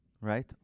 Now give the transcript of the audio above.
Right